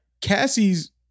Cassie's